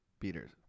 beaters